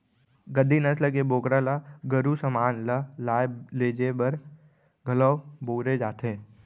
गद्दी नसल के बोकरा ल गरू समान ल लाय लेजे बर घलौ बउरे जाथे